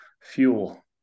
fuel